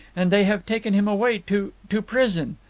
and they have taken him away, to to prison.